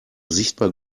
sichtbar